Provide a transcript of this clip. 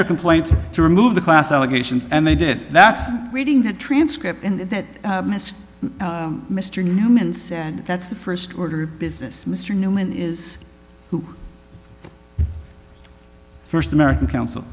their complaint to remove the class allegations and they did that's reading the transcript mr newman said that's the first order of business mr newman is who first american council